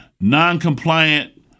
non-compliant